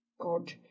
God